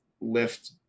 lift